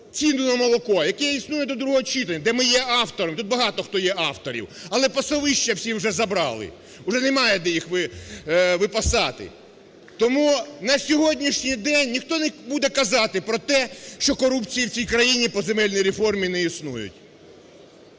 ціни на молоко, який існує до другого читання, де ми є авторами, тут багато хто є авторами, але пасовища всі вже забрали, вже немає, де їх випасати. Тому на сьогоднішній день ніхто не буде казати про те, що корупції в цій країні по земельній реформі не існує.